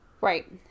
Right